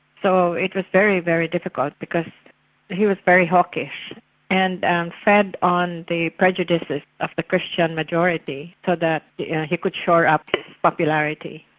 so it was very, very difficult because he was very hawkish and and fed on the prejudices of the christian majority so that yeah he could shore up his popularity.